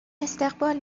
استقبال